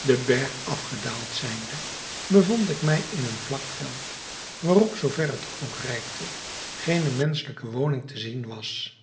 den berg afgedaald zijnde bevond ik mij in een vlak veld waarop zoover het oog reikte geene menschelijke woning te zien was